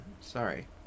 Sorry